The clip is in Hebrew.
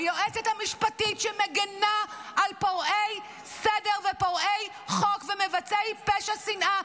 היועצת המשפטית שמגינה על פורעי סדר ופורעי חוק ומבצעי פשע שנאה,